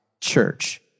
church